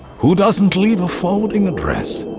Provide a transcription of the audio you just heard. who doesn't leave a forwarding address?